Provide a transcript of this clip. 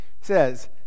says